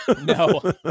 No